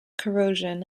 corrosion